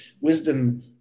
wisdom